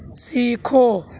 سیکھو